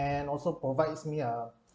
and also provides me a